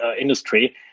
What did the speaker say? industry